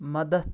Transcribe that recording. مدد